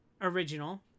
original